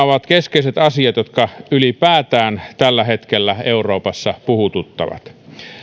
ovat keskeiset asiat jotka ylipäätään tällä hetkellä euroopassa puhututtavat